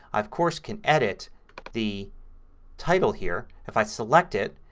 i, of course, can edit the title here. if i select it,